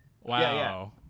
Wow